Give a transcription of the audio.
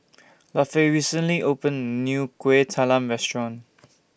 Lafe recently opened New Kueh Talam Restaurant